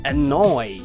Annoy，